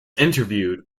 interviewed